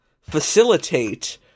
facilitate